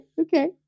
okay